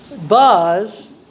Buzz